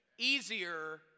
Easier